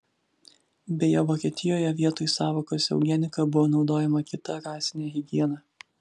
beje vokietijoje vietoj sąvokos eugenika buvo naudojama kita rasinė higiena